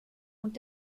und